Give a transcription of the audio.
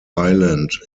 island